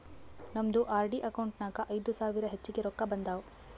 ನಮ್ದು RD account ನಾಗ್ ಐಯ್ದ ಸಾವಿರ ಹೆಚ್ಚಿಗೆ ರೊಕ್ಕಾ ಬಂದಾವ್